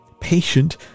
patient